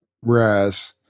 Whereas